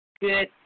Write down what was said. Good